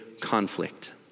conflict